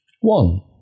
one